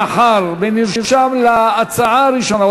מאחר שנרשם להצעה הראשונה,